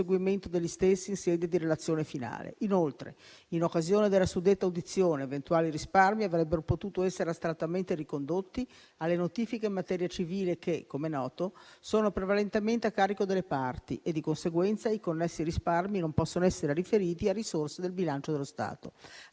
degli stessi in sede di relazione finale. Inoltre, in occasione della suddetta audizione eventuali risparmi avrebbero potuto essere astrattamente ricondotti alle notifiche in materia civile che, come noto, sono prevalentemente a carico delle parti e di conseguenza i connessi risparmi non possono essere riferiti a risorse del bilancio dello Stato.